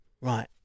Right